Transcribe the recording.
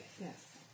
Yes